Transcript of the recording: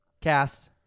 cast